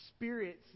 Spirits